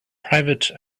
private